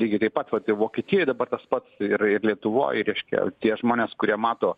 lygiai taip pat vat vokietijoj dabar tas pats yra ir lietuvoj reiškia tie žmonės kurie mato